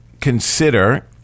consider